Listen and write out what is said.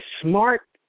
smart